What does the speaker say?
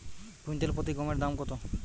Quintal প্রতি গমের দাম কত?